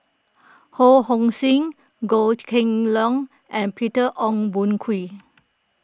Ho Hong Sing Goh Kheng Long and Peter Ong Boon Kwee